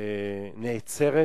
נעצרת